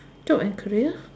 job and career